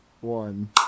one